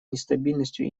нестабильностью